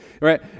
right